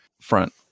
front